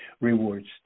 rewards